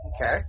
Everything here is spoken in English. Okay